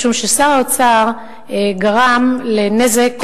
משום ששר האוצר גרם לנזק,